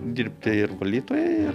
dirbti ir valytoja ir